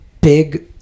big